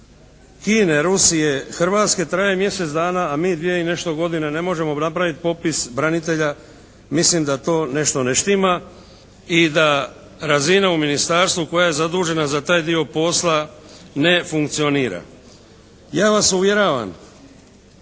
Kine, Rusije, Hrvatske traje mjesec dana, a mi 2 i nešto godina ne možemo napraviti popis branitelja mislim da to nešto ne štima i da razina u ministarstvu koje je zaduženo za taj dio posla ne funkcionira. Ja vas uvjeravam